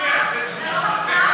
זה סופר.